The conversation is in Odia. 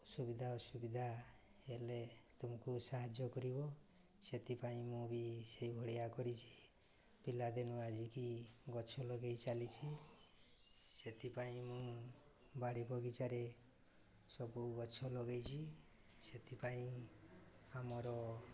ସୁବିଧା ଅସୁବିଧା ହେଲେ ତୁମକୁ ସାହାଯ୍ୟ କରିବ ସେଥିପାଇଁ ମୁଁ ବି ସେହିଭଳିଆ କରିଛି ପିଲାଦିନୁ ଆଜିକି ଗଛ ଲଗାଇ ଚାଲିଛି ସେଥିପାଇଁ ମୁଁ ବାଡ଼ି ବଗିଚାରେ ସବୁ ଗଛ ଲଗାଇଛି ସେଥିପାଇଁ ଆମର